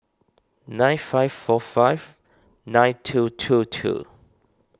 nine five four five nine two two two